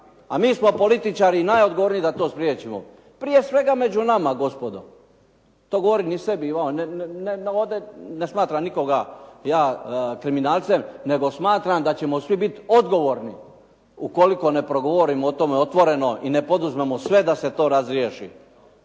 a mi smo političari najodgovorniji da to spriječimo, prije svega među nama gospodo. To govorim i sebi i vama, ne smatram ovdje nikoga kriminalcem nego smatram da ćemo svi biti odgovorni ukoliko ne progovorimo o tome otvoreno i ne poduzmemo sve da se to razriješi,